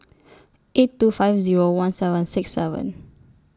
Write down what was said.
eight two five Zero one seven six seven